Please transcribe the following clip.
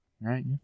Right